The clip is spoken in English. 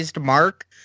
mark